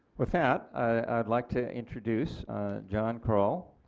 with that i would like to introduce john krull,